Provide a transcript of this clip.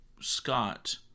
Scott